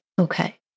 Okay